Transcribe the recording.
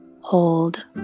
hold